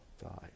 die